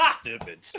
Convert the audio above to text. stupid